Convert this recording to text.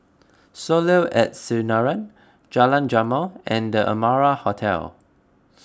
Soleil at Sinaran Jalan Jamal and the Amara Hotel